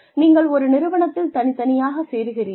நீங்கள் ஒரு நிறுவனத்தில் தனித்தனியாக சேருகிறீர்கள்